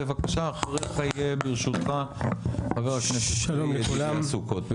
בבקשה אחריך יהיה ברשותך חבר הכנסת צבי ידידיה סוכות,